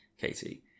Katie